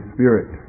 Spirit